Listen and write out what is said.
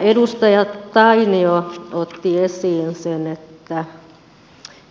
edustaja tainio otti esiin sen